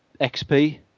XP